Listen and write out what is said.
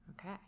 Okay